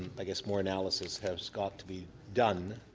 i guess more analysis has got to be done,